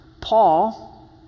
Paul